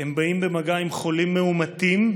הם באים במגע עם חולים מאומתים.